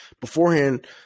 beforehand